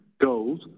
goals